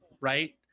right